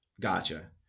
Gotcha